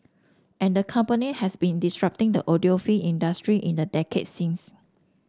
and the company has been disrupting the audiophile industry in the decade since